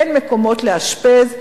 אין מקומות לאשפז,